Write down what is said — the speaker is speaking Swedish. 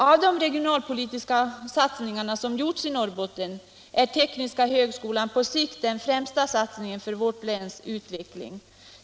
Av de regionalpolitiska satsningar som gjorts i Norrbotten är tekniska högskolan på sikt den främsta satsningen för vårt läns utveckling.